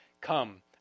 Come